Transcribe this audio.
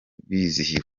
bizihiwe